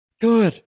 Good